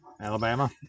Alabama